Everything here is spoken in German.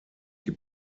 die